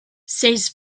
says